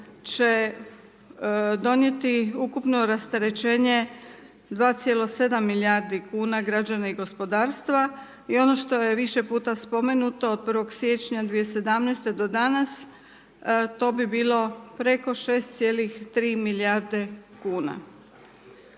će donijeti ukupno rasterećenje 2,7 milijardi kn građane i gospodarstva i ono što je više puta spomenuto, od 1.1.2017. do danas, to bi bilo preko 6,3 milijarde kuna.